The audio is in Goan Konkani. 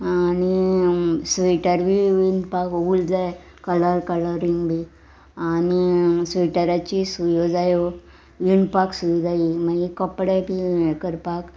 आनी स्वेटर बी विणपाक उल जाय कलर कलरिंग बी आनी स्वेटराची सुयो जायो विणपाक सुय जायी मागीर कपडे बी हे करपाक